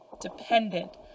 dependent